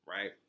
right